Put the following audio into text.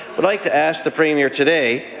i'd like to ask the premier today,